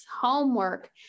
homework